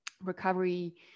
recovery